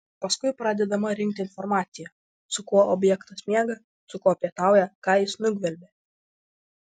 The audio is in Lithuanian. paskui pradedama rinkti informacija su kuo objektas miega su kuo pietauja ką jis nugvelbė